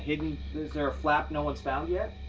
hidden. is there a flap no one's found yet?